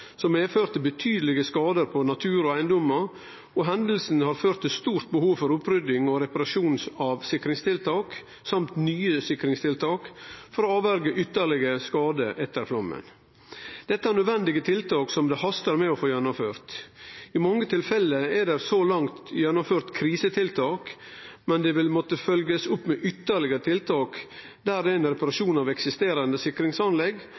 betydelege skadar på natur og eigedommar, og hendinga har ført til eit stort behov for opprydding og reparasjon av sikringstiltak og nye sikringstiltak for å hindre ytterlegare skadar etter flaumen. Dette er nødvendige tiltak som det hastar med å få gjennomført. I mange tilfelle der det så langt er gjennomført krisetiltak, vil det måtte følgjast opp med ytterlegare tiltak, der det er reparasjon av eksisterande sikringsanlegg,